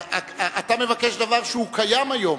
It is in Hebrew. אתה מבקש דבר שקיים היום.